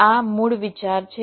આ મૂળ વિચાર છે